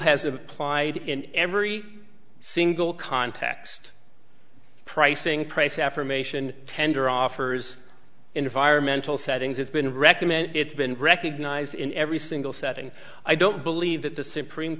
has implied in every single context pricing price affirmation tender offers environmental settings it's been recommended it's been recognized in every single setting i don't believe that the supreme